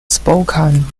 spokane